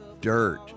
dirt